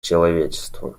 человечеству